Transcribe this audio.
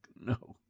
no